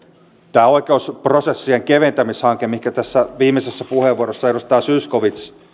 tämä oikeusprosessien keventämishanke mihinkä tässä viimeisessä puheenvuorossa edustaja zyskowicz